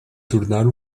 tornar